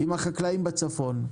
עם החקלאים בצפון.